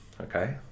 okay